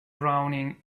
drowning